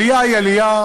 עלייה היא עלייה,